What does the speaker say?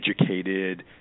educated